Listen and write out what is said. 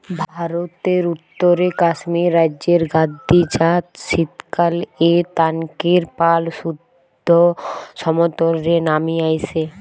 ভারতের উত্তরে কাশ্মীর রাজ্যের গাদ্দি জাত শীতকালএ তানকের পাল সুদ্ধ সমতল রে নামি আইসে